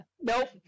Nope